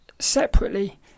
separately